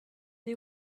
des